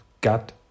got